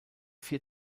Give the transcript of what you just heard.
vier